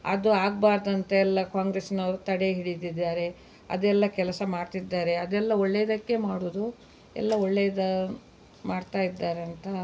ಅದು ಆಗಬಾರ್ದಂತ ಎಲ್ಲ ಕಾಂಗ್ರೆಸ್ನವ್ರು ತಡೆ ಹಿಡಿದಿದ್ದಾರೆ ಅದೆಲ್ಲ ಕೆಲಸ ಮಾಡ್ತಿದ್ದಾರೆ ಅದೆಲ್ಲ ಒಳ್ಳೆಯದಕ್ಕೆ ಮಾಡೋದು ಎಲ್ಲ ಒಳ್ಳೇದು ಮಾಡ್ತಾಯಿದ್ದಾರಂತ